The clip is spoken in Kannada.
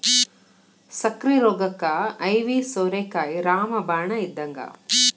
ಸಕ್ಕ್ರಿ ರೋಗಕ್ಕ ಐವಿ ಸೋರೆಕಾಯಿ ರಾಮ ಬಾಣ ಇದ್ದಂಗ